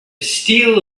steel